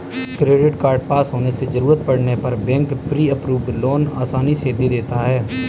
credit card पास होने से जरूरत पड़ने पर बैंक प्री अप्रूव्ड लोन आसानी से दे देता है